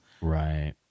Right